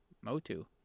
Motu